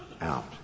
out